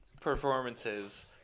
performances